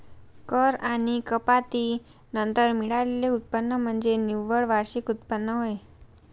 कर आणि कपाती नंतर मिळालेले उत्पन्न म्हणजे निव्वळ वार्षिक उत्पन्न होय